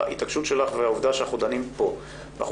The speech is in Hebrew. ההתעקשות שלך והעובדה שאנחנו דנים פה ואנחנו